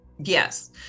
Yes